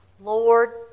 Lord